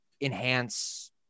enhance